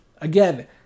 Again